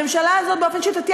הממשלה הזאת באופן שיטתי,